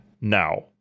now